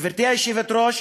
גברתי היושבת-ראש,